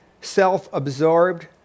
self-absorbed